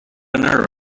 nerve